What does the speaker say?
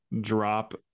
drop